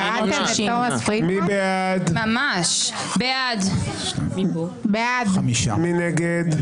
רואים בערוץ הכנסת שעמית הלוי מצביע גם בעד וגם נגד.